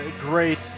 great